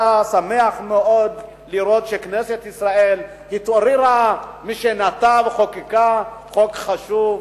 ישמח מאוד לראות שכנסת ישראל התעוררה משנתה וחוקקה חוק חשוב,